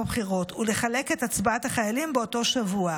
הבחירות ולחלק את הצבעת החיילים באותו שבוע.